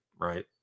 Right